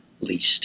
least